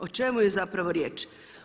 O čemu je zapravo riječ?